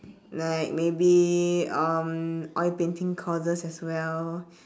like maybe um oil painting courses as well